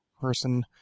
person